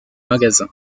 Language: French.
magasin